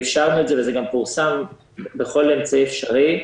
ואפשרנו את זה, וזה גם פורסם בכל אמצעי אפשרי.